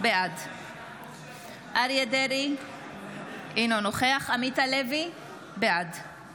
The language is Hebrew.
בעד אריה מכלוף דרעי, אינו נוכח עמית הלוי, בעד